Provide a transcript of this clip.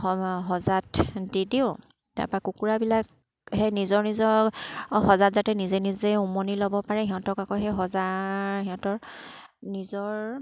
সজাত দি দিওঁ তাৰপৰা কুকুৰাবিলাক সেই নিজৰ নিজৰ সজাত যাতে নিজে নিজে উমনি ল'ব পাৰে সিহঁতক আকৌ সেই সজা সিহঁতৰ নিজৰ